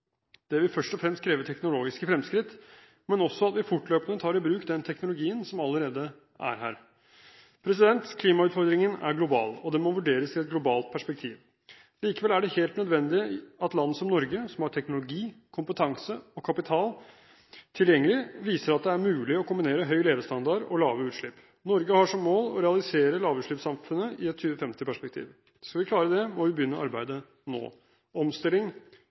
Det vil først og fremst kreve teknologiske fremskritt, men også at vi fortløpende tar i bruk den teknologien som allerede er her. Klimautfordringen er global, og den må vurderes i et globalt perspektiv. Likevel er det helt nødvendig at land som Norge, som har teknologi, kompetanse og kapital tilgjengelig, viser at det er mulig å kombinere høy levestandard og lave utslipp. Norge har som mål å realisere lavutslippssamfunnet i et 2050-perspektiv. Skal vi klare det, må vi begynne arbeidet nå. Omstilling